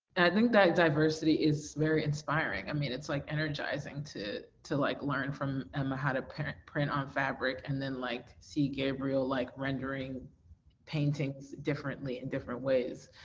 i think that diversity is very inspiring. i mean, it's like energizing to to like learn from emma how to print print on fabric and then like see gabriel like rendering paintings differently and different ways.